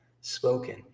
spoken